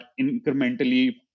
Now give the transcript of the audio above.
incrementally